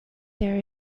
there